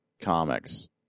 comics